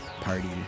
Party